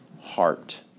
heart